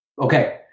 Okay